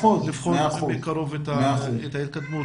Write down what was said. לבחון יותר מקרוב את ההתקדמות.